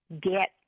get